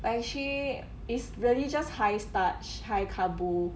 I actually is really just high starch high carbo~